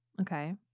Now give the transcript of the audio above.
Okay